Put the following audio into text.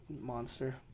monster